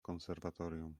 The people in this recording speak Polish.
konserwatorium